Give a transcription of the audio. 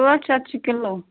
ٲٹھ شیٚتھ چھِ کِلوٗ